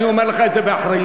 אני אומר לך את זה באחריות.